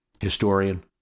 historian